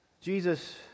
Jesus